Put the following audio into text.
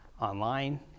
online